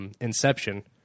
Inception